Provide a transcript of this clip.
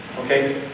Okay